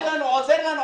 עוזר לנו,